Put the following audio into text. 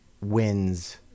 wins